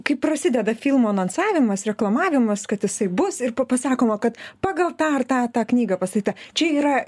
kai prasideda filmo anonsavimas reklamavimas kad jisai bus ir pa pasakoma kad pagal tą ar tą tą knygą pastatyta čia yra